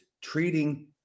treating